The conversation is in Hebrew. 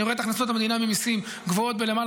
אני רואה שהכנסות המדינה ממיסים גבוהות בלמעלה